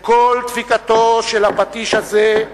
לקול דפיקתו של הפטיש הזה,